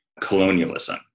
colonialism